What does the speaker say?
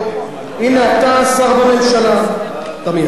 הנה, אתה שר בממשלה, אתה מייצג אותי?